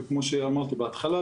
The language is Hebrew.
וכמו שאמרתי בהתחלה,